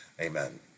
Amen